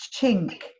chink